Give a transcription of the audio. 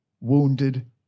wounded